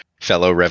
fellow